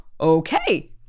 okay